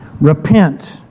Repent